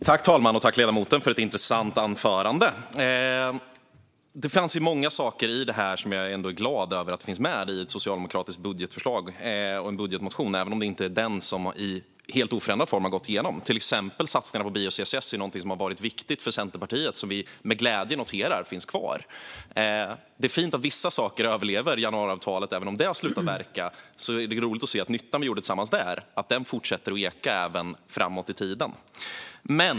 Fru talman! Jag tackar ledamoten för ett intressant anförande. Det är många saker i anförandet som jag är glad över och som finns med i Socialdemokraternas budgetförslag, även om det inte är det som i helt oförändrad form har gått igenom i riksdagen. Till exempel är satsningarna på bio-CCS något som har varit viktigt för Centerpartiet, och vi noterar med glädje att de finns kvar. Det är fint att vissa saker överlever januariavtalet. Även om det har slutat verka är det roligt att se att nyttan som vi gjorde tillsammans där fortsätter även framåt i tiden.